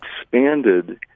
expanded